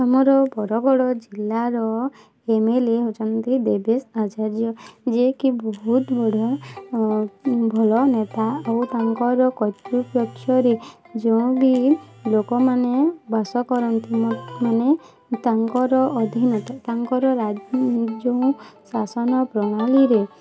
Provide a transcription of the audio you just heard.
ଆମର ବରଗଡ଼ ଜିଲ୍ଲାର M L A ହେଉଛନ୍ତି ଦେବେଶ ଆଚାର୍ଯ୍ୟ ଯିଏକି ବହୁତ ବଡ଼ ଆଉ ଭଲ ନେତା ଆଉ ତାଙ୍କର କର୍ତ୍ତୃପକ୍ଷରେ ଯେଉଁ ବି ଲୋକମାନେ ବାସ କରନ୍ତି ମାନେ ତାଙ୍କର ଅଧୀନ ତାଙ୍କର ଯେଉଁ ଶାସନ ପ୍ରଣାଳୀରେ